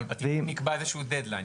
אבל בטיעון נקבע איזה שהוא דד-ליין.